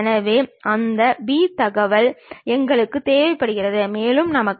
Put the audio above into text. எனவே முழு உளக்காட்சி வரைபடத்தில் இந்த மாதிரியான சிக்கல்கள் உள்ளன